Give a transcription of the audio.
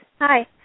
Hi